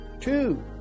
Two